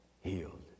healed